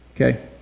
Okay